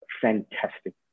fantastic